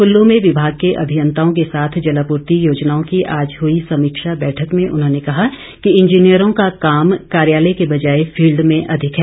कुल्लू में विभाग के अभियंताओं के साथ जलापूर्ति योजनाओं की आज हुई समीक्षा बैठक में उन्होंने कहा कि इंजीनियरों का काम कार्यालय के बजाए फील्ड में अधिक है